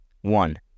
One